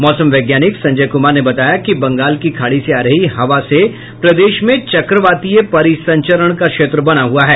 मौसम वैज्ञानिक संजय कुमार ने बताया कि बंगाल की खाड़ी से आ रही हवा से प्रदेश में चक्रवातीय परिसंचरण का क्षेत्र बना हुआ है